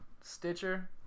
Stitcher